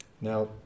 Now